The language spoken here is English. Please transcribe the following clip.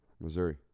Missouri